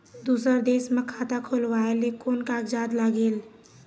दूसर देश मा खाता खोलवाए ले कोन कागजात लागेल?